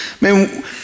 man